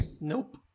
Nope